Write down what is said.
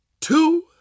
two